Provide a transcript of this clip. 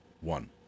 One